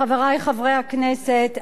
חברי הכנסת,